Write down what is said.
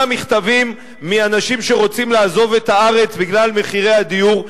מכתבים מאנשים שרוצים לעזוב את הארץ בגלל מחירי הדיור.